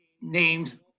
named